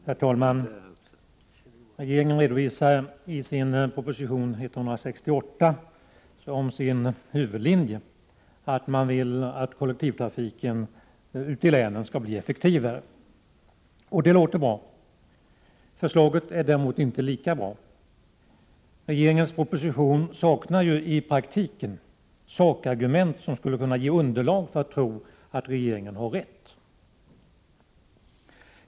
Herr talman! Regeringen redovisar proposition 168 som sin huvudlinje att kollektivtrafiken i länen skall bli effektivare. Det låter bra. Förslaget är däremot inte lika bra. Regeringens proposition har ju i praktiken inga sakargument, som skulle kunna ge underlag för en tro på att regeringen har rätt.